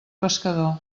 pescador